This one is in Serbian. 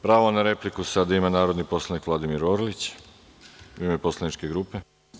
Pravo na repliku sada ima narodni poslanik Vladimir Orlić, u ime poslaničke grupe.